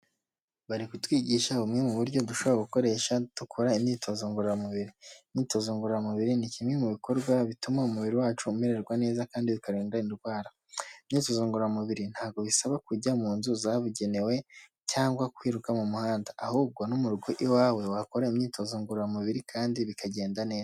Bari kutwigisha bumwe mu buryo dushobora gukoresha dukora imyitozo ngororamubiri. Imyitozo ngororamubiri ni kimwe mu bikorwa bituma umubiri wacu umererwa neza kandi bikarinda indwara. Imyitozo ngoramubiri ntabwo bisaba kujya mu nzu zabugenewe cyangwa kwiruka mu muhanda, ahubwo no mu rugo iwawe wakora imyitozo ngororamubiri kandi bikagenda neza.